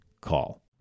Call